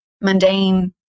mundane